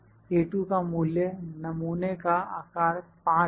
A2 का मूल्य नमूने का आकार 5 है